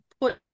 put